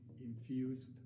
infused